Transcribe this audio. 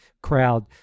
crowd